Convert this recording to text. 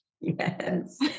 Yes